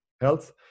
health